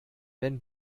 wenn